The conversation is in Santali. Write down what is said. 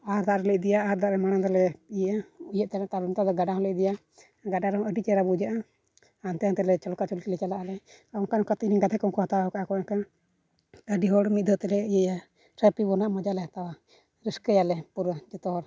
ᱟᱨ ᱫᱟᱜ ᱨᱮᱞᱮ ᱤᱫᱤᱭᱟ ᱟᱨ ᱫᱟᱜ ᱨᱮ ᱢᱟᱲᱟᱝ ᱫᱚᱞᱮ ᱤᱭᱟᱹᱭᱟ ᱤᱭᱟᱹᱜ ᱦᱟᱴᱟᱲᱚᱜᱼᱟᱞᱮ ᱛᱟᱭᱚᱢ ᱛᱮᱫᱚ ᱜᱟᱰᱟ ᱦᱚᱸᱞᱮ ᱤᱫᱤᱭᱟ ᱜᱟᱰᱟ ᱨᱮᱦᱚᱸ ᱟᱹᱰᱤ ᱪᱮᱦᱨᱟ ᱵᱩᱡᱷᱟᱹᱜᱼᱟ ᱟᱨ ᱦᱟᱱᱛᱮ ᱱᱟᱛᱮ ᱞᱮ ᱪᱷᱚᱞᱠᱟᱼᱪᱷᱚᱞᱠᱤ ᱞᱮ ᱪᱟᱞᱟᱜᱼᱟᱞᱮ ᱟᱨ ᱚᱱᱠᱟ ᱚᱱᱠᱟ ᱛᱮ ᱤᱧ ᱨᱮᱱ ᱜᱟᱛᱮ ᱠᱚᱦᱚᱸ ᱠᱚ ᱦᱟᱛᱟᱣᱟᱠᱟᱫᱼᱟᱠᱚ ᱮᱱᱠᱷᱟᱱ ᱟᱹᱰᱤ ᱦᱚᱲ ᱢᱤᱫ ᱫᱷᱟᱣ ᱛᱮᱞᱮ ᱤᱭᱟᱹᱭᱟ ᱥᱟᱨᱯᱷᱤᱝ ᱵᱳᱴ ᱨᱮᱱᱟᱜ ᱢᱚᱡᱟ ᱞᱮ ᱦᱟᱛᱟᱣᱟ ᱨᱟᱹᱥᱠᱟᱹᱭᱟᱞᱮ ᱯᱩᱨᱟᱹ ᱡᱷᱚᱛᱚ ᱦᱚᱲ